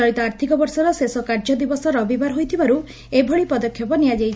ଚଳିତ ଆର୍ଥିକ ବର୍ଷର ଶେଷ କାର୍ଯ୍ୟଦିବସ ରବିବାର ହୋଇଥିବାରୁ ଏଭଳି ପଦକ୍ଷେପ ନିଆଯାଇଛି